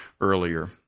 earlier